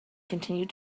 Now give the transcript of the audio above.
continued